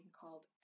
called